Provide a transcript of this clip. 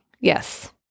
Yes